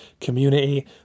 community